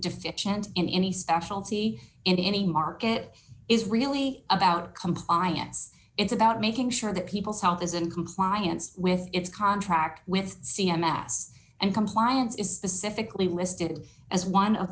deficient in any specialty in any market is really about compliance it's about making sure that people's health is in compliance with its contract with c m s and compliance is specifically listed as one of